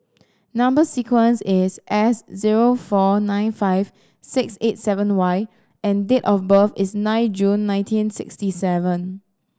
number sequence is S zero four nine five six eight seven Y and date of birth is nine June nineteen sixty seven